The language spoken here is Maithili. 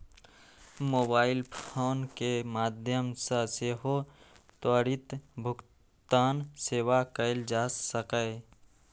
मोबाइल फोन के माध्यम सं सेहो त्वरित भुगतान सेवा कैल जा सकैए